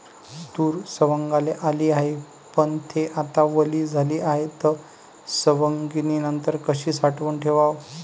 तूर सवंगाले आली हाये, पन थे आता वली झाली हाये, त सवंगनीनंतर कशी साठवून ठेवाव?